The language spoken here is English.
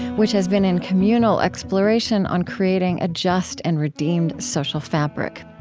which has been in communal exploration on creating a just and redeemed social fabric.